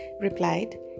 replied